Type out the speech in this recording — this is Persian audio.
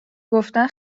گفتن